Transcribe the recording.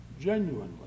genuinely